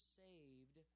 saved